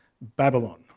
Babylon